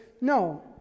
no